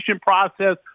process